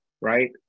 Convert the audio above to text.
right